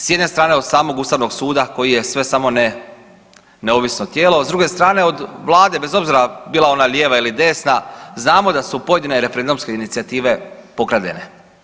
S jedne strane od samog Ustavnog suda koji je sve samo ne neovisno tijelo, a s druge strane od vlade bez obzira bila ona lijeva ili desna, znamo da su pojedine referendumske inicijative pokradene.